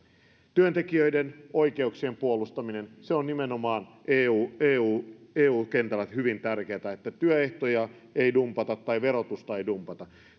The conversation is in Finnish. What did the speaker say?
työntekijöiden oikeuksien puolustaminen on nimenomaan eu eu kentällä hyvin tärkeätä että työehtoja ei dumpata tai verotusta ei dumpata